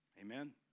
Amen